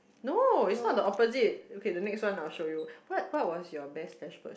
no it's not the opposite okay the next one I'll show you but what was your best slash worst